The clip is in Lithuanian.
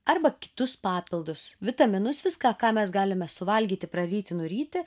arba kitus papildus vitaminus viską ką mes galime suvalgyti praryti nuryti